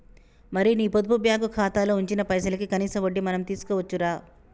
మరి నీ పొదుపు బ్యాంకు ఖాతాలో ఉంచిన పైసలకి కనీస వడ్డీ మనం తీసుకోవచ్చు రా